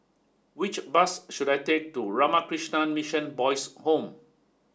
which bus should I take to Ramakrishna Mission Boys' home